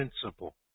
principle